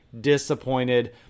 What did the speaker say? disappointed